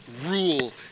rule